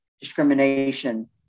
discrimination